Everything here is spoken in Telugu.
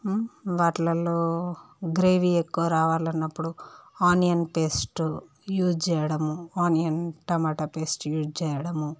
వాట్లల్లో గ్రేవీ ఎక్కువ రావాలన్నపుడు ఆనియన్ పేస్టు యూజ్ చేయడము ఆనియన్ టొమాటో పేస్ట్ యూజ్ చేయడము